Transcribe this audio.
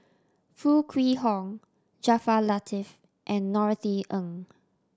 Foo Kwee Horng Jaafar Latiff and Norothy Ng